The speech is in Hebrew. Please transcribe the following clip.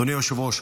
אדוני היושב-ראש,